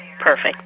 perfect